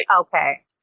Okay